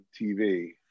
tv